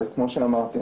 אבל כמו שאמרתי,